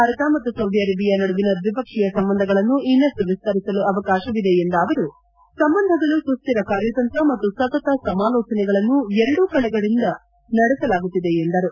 ಭಾರತ ಮತ್ತು Saudi Arabia ನಡುವಿನ ದ್ಲಿಪಕ್ಷೀಯ ಸಂಬಂಧಗಳನ್ನು ಇನ್ನಷ್ಟು ವಿಸ್ತರಿಸಲು ಅವಕಾಶವಿದೆ ಎಂದ ಅವರು ಸಂಬಂಧಗಳು ಸುಸ್ತಿರ ಕಾರ್ಯತಂತ್ರ ಮತ್ತು ಸತತ ಸಮಾಲೋಚನೆಗಳನ್ನು ಎರಡೂ ಕಡೆಗಳಿಂದ ನಡೆಸಲಾಗುತ್ತಿದೆ ಎಂದರು